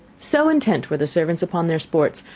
so intent were the servants upon their sports,